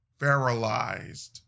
feralized